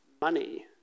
money